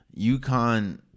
UConn